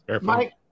Mike